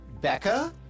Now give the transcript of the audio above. Becca